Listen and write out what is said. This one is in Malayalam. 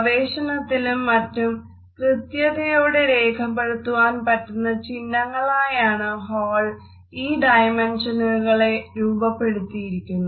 ഗവേഷണത്തിലും മറ്റും കൃത്യതയോടെ രേഖപ്പെടുത്തുവാൻ പറ്റുന്ന ചിഹ്നങ്ങളായാണ് ഹാൾ ഈ ഡൈമെൻഷനുകളെ രൂപപ്പെടുത്തിയത്